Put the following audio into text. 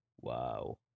Wow